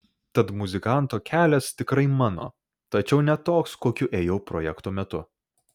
tad muzikanto kelias tikrai mano tačiau ne toks kokiu ėjau projekto metu